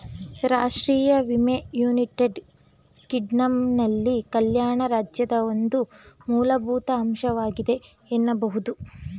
ರಾಷ್ಟ್ರೀಯ ವಿಮೆ ಯುನೈಟೆಡ್ ಕಿಂಗ್ಡಮ್ನಲ್ಲಿ ಕಲ್ಯಾಣ ರಾಜ್ಯದ ಒಂದು ಮೂಲಭೂತ ಅಂಶವಾಗಿದೆ ಎನ್ನಬಹುದು